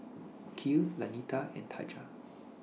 Kiel Lanita and Taja